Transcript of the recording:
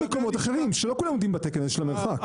מקומות אחרים שלא כולם עומדים בתקן הזה של המרחק.